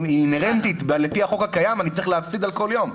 אינהרנטית לפי החוק הקיים אני צריך להפסיד כל יום.